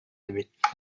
эбит